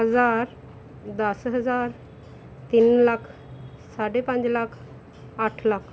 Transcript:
ਹਜ਼ਾਰ ਦਸ ਹਜ਼ਾਰ ਤਿੰਨ ਲੱਖ ਸਾਢੇ ਪੰਜ ਲੱਖ ਅੱਠ ਲੱਖ